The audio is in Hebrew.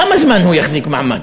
כמה זמן הוא יחזיק מעמד?